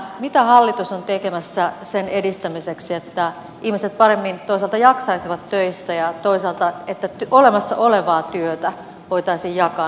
mitä hallitus on tekemässä sen edistämiseksi että toisaalta ihmiset paremmin jaksaisivat töissä ja toisaalta olemassa olevaa työtä voitaisiin jakaa nykyistä paremmin